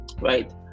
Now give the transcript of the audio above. right